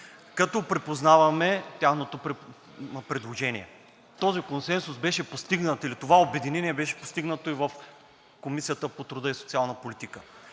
като припознаваме тяхното предложение. Този консенсус или това обединение беше постигнато и в Комисията по труда и социалната политика.